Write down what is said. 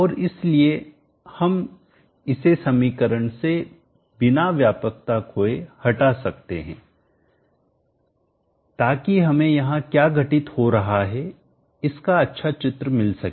और इसलिए हम इसे समीकरण से बिना व्यापकता खोए हटा सकते हैं ताकि हमें यहां क्या घटित हो रहा है इसका अच्छा चित्र मिल सके